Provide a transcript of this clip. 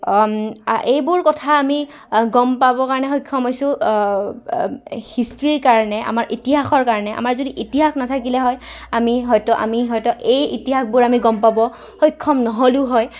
এইবোৰ কথা আমি গম পাবৰ কাৰণে সক্ষম হৈছোঁ হিষ্ট্ৰীৰ কাৰণে আমাৰ ইতিহাসৰ কাৰণে আমাৰ যদি ইতিহাস নাথাকিলে হয় আমি হয়তো আমি হয়তো এই ইতিহাসবোৰ আমি গম পাব সক্ষম নহ'লোঁ হয়